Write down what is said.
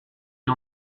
n’y